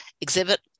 exhibit